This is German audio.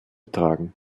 tragen